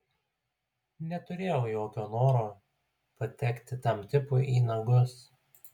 neturėjau jokio noro patekti tam tipui į nagus